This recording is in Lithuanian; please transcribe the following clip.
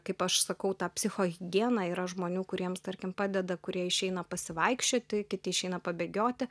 kaip aš sakau tą psichohigieną yra žmonių kuriems tarkim padeda kurie išeina pasivaikščioti kiti išeina pabėgioti